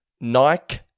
Nike